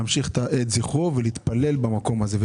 להמשיך את זכרו של הנפטר ולהתפלל במקום הזה.